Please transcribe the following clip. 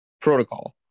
Protocol